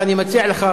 ואני מציע לך,